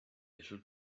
little